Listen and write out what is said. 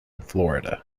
florida